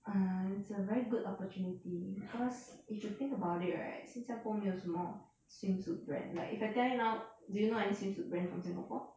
uh it's a very good opportunity because if you think about it right 新加坡没有什么 swimsuit brand like if I tell you now do you know any swimsuit brand from singapore